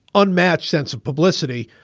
unmatched sense of publicity.